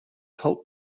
help